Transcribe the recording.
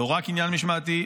לא רק עניין משמעתי.